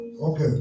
Okay